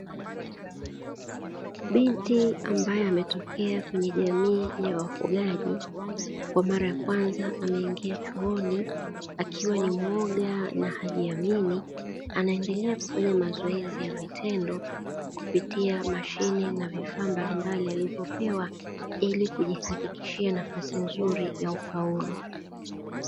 Binti ambaye ametokea kwenye jamii ya wafugaji, kwa mara ya kwanza ameingia chuoni akiwa ni muoga na hajiamini. Anaendelea kufanya mazoezi ya vitendo kupitia mashine na vifaa mbalimbali alivyopewa, ili kujihakikishia nafasi nzuri ya ufaulu.